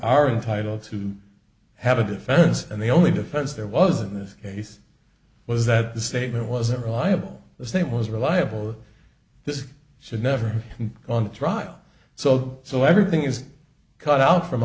are entitled to have a defense and the only defense there was in this case was that the statement wasn't reliable the state was reliable this should never have gone to trial so so everything is cut out from